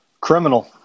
criminal